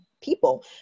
people